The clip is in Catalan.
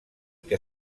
que